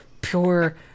Pure